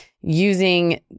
using